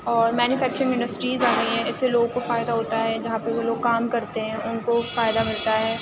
اور manufacturing industries آ گئی ہیں اِس سے لوگوں کو فائدہ ہوتا ہے جہاں پہ وہ لوگ کام کرتے ہیں اُن کو فائدہ ملتا ہے